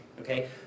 Okay